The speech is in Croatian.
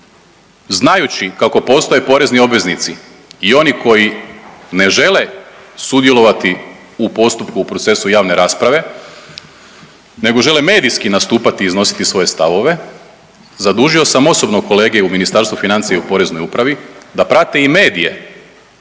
znajući kako postoje porezni obveznici i oni koji ne žele sudjelovali u postupku, u procesu javne rasprave, nego žele medijski nastupati i iznositi svoje stavove, zadužio sam osobno kolege u Ministarstvu financija i u Poreznoj upravi da prate i medije,